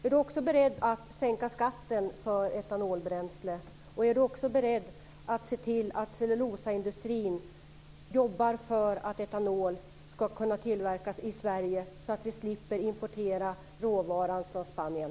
Är Sven Bergström beredd att sänka skatten på etanolbränsle? Är han beredd att se till att cellulosaindustrin jobbar för att etanol skall kunna tillverkas i Sverige så att vi slipper importera råvaran från Spanien?